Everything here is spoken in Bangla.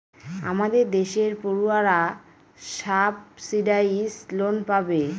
আমাদের দেশের পড়ুয়ারা সাবসিডাইস লোন পাবে